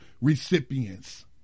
recipients